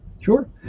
Sure